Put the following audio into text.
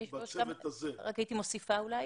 רק הייתי מוסיפה אולי